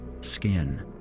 skin